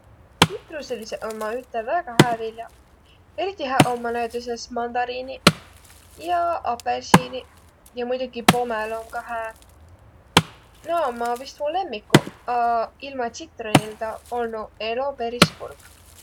Tsitrusõliseq ommaq üteq väega hää viljaq. Eriti hääq ommaq näütüses mandariiniq ja apõlsiniq. Ja muidoki pomelo om ka hää. Naaq ommaq vist mu lemmikuq, a ilma tsitronildaq olnuq elo peris kurb.